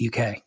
UK